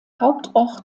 hauptort